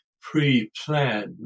pre-planned